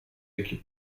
ricky